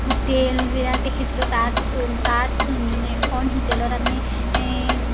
হোটেলবিলাক দেখিছিলোঁ তাত তাত এখন হোটেলত আমি